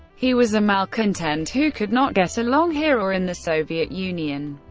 he was a malcontent who could not get along here or in the soviet union.